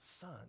Son